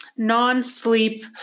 non-sleep